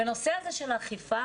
בנושא האכיפה